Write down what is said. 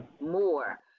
more